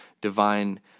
divine